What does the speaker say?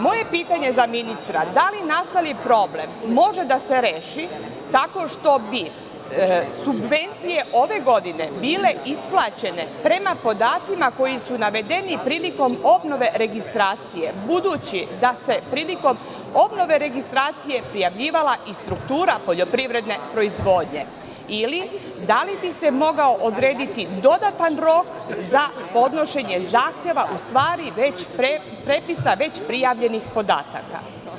Moje pitanje za ministra glasi – da li nastali problem može da se reši tako što bi subvencije ove godine bile isplaćene prema podacima koji su navedeni prilikom obnove registracije, budući da se prilikom obnove registracije prijavljivala i struktura poljoprivredne proizvodnje, ili - da li bi se mogao odrediti dodatan rok za podnošenje zahteva, u stvari prepisa već prijavljenih podataka?